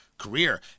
career